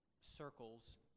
circles